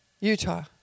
Utah